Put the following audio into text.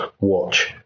watch